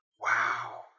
Wow